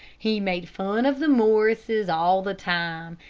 he made fun of the morrises all the time,